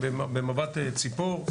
במבט צפור.